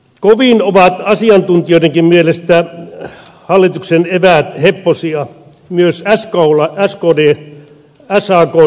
kovin ovat asiantuntijoidenkin mielestä hallituksen eväät heppoisia myös sakn asiantuntijoiden mielestä